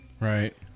Right